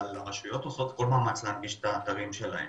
אבל הרשויות עושות כל מאמץ כדי להנגיש את האתרים שלהם.